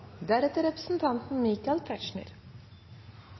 også representanten Tetzschner,